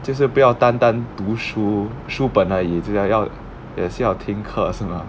就是不要单单读书书本而已就要要也是要听课是吗